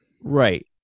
Right